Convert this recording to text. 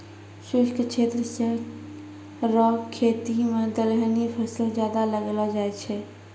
शुष्क क्षेत्र रो खेती मे दलहनी फसल ज्यादा लगैलो जाय छै